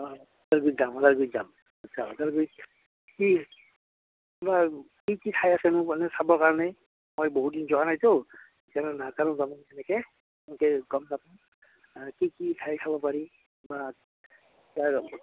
কি কি ঠাই আছেনো মানে চাবৰ কাৰণে মই বহুত দিন যোৱা নাইতো তেনেকে এনেকে গম যাব কি কি ঠাই চাব পাৰি বা